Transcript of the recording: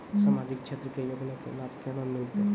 समाजिक क्षेत्र के योजना के लाभ केना मिलतै?